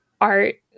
art